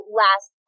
last